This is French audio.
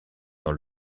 dans